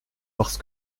parce